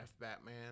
Batman